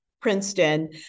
Princeton